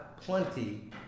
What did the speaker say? plenty